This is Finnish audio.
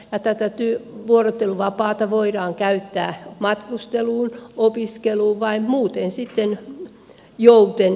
tätä vuorotteluvapaata voidaan käyttää matkusteluun opiskeluun tai muuten joutenoloon